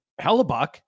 Hellebuck